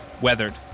Weathered